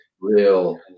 real